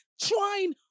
trying